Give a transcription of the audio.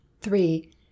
three